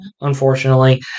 unfortunately